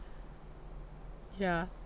ya